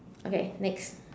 okay next